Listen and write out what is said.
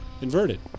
inverted